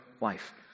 life